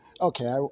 okay